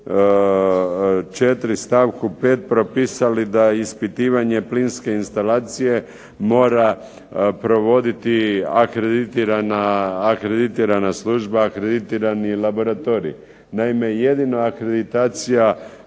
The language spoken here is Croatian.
4. stavku 5. propisali da ispitivanje plinske instalacije mora provoditi akreditirana služba, akreditirani laboratorij. Naime, jedina akreditacija